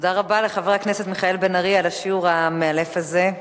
תודה רבה לחבר הכנסת מיכאל בן-ארי על השיעור המאלף הזה,